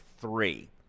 three